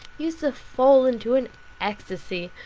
used to fall into an ecstasy,